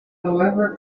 however